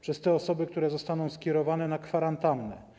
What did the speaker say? przez osoby, które zostaną skierowane na kwarantannę.